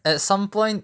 at some point